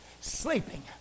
sleeping